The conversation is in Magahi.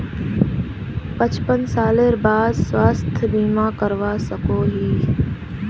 पचपन सालेर बाद स्वास्थ्य बीमा करवा सकोहो ही?